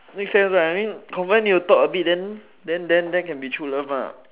make sense right I mean confirm need to talk a bit then then then can be true love lah